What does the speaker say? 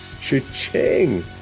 Cha-ching